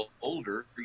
older